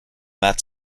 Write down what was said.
that